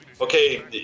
okay